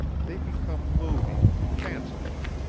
they become moody, fanciful.